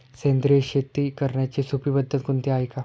सेंद्रिय शेती करण्याची सोपी पद्धत कोणती आहे का?